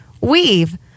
Weave